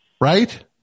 right